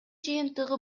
жыйынтыгы